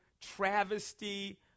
travesty